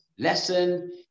Lesson